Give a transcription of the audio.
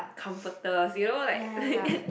comforters you know like like